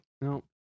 No